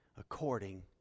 According